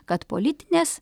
kad politinės